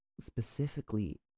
specifically